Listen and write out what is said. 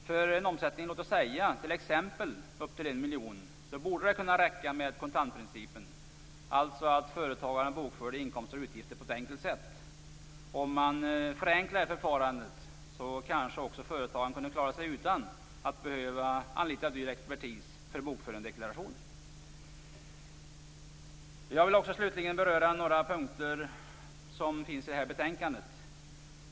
För en omsättning på låt oss säga upp till 1 miljon borde det kunna räcka med kontantprincipen, alltså att företagaren bokförde inkomster och utgifter på ett enkelt sätt. Om man förenklade detta förfarande kanske företagaren också kunde klara sig utan att behöva anlita dyr expertis för bokföring och deklaration. Jag vill slutligen beröra några ytterligare delar som finns med i betänkandet.